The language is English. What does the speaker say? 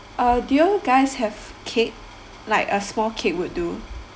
uh do you guys have cake like a small cake would do